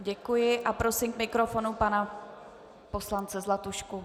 Děkuji a prosím k mikrofonu pana poslance Zlatušku.